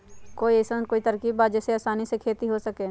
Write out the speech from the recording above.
कोई अइसन कोई तरकीब बा जेसे आसानी से खेती हो सके?